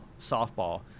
softball